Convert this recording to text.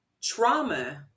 Trauma